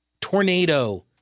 tornado